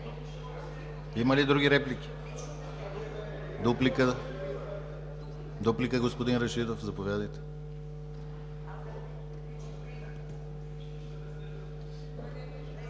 Има ли други реплики? Дуплика – господин Рашидов, заповядайте.